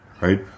Right